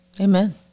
Amen